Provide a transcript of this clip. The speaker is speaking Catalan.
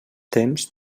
temps